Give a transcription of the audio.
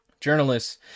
journalists